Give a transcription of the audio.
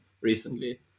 recently